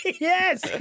Yes